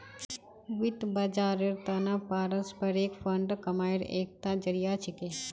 वित्त बाजारेर त न पारस्परिक फंड कमाईर एकता जरिया छिके